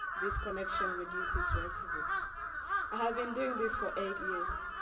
this connection reduces racism. i have been doing this for eight years.